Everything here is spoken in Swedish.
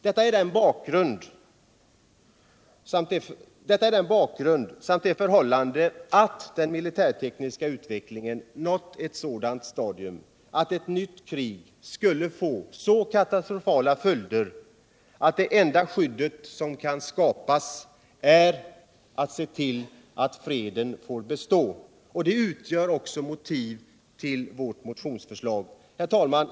Det är denna bakgrund —- samt det förhållandet att den militärtekniska utvecklingen nått ett sådant stadium — som gör att ett nytt krig skulle få så katastrofala följder. Det enda skydd som kan skapas är att se till att freden får bestå. Det utgör också det bärande motivet för vår motion. Herr talman!